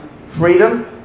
freedom